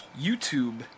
YouTube